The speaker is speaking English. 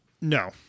No